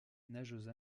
nageuse